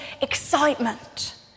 excitement